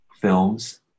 films